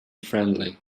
friendly